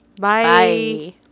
Bye